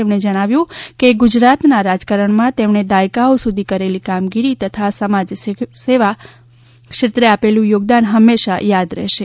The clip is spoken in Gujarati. તેમણે જણાવ્યું કે ગુજરાતના રાજકારણમાં તેમણે દાયકાઓ સુધી કરેલી કામગીરી તથા સમાજસેવા ક્ષેત્રે આપેલુ યોગદાન હંમેશા યાદ રહેશે